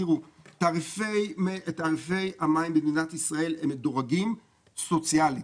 תעריפי המים במדינת ישראל הם מדורגים סוציאלית.